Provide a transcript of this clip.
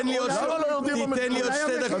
למה לא יורדים המחירים?